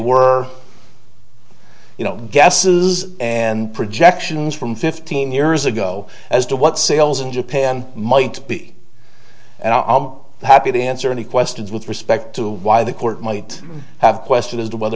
were you know guesses and projections from fifteen years ago as to what sales in japan might be and i'll be happy to answer any questions with respect to why the court might have question as to whether